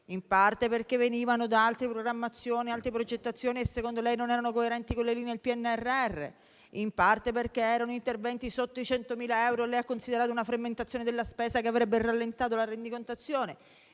in parte perché venivano da altre programmazioni e progettazioni che secondo lei non erano coerenti con le linee del PNRR, in parte perché erano interventi sotto i 100.000 euro e lei ha considerato una frammentazione della spesa che avrebbe rallentato la rendicontazione,